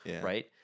Right